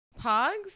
Pogs